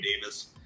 Davis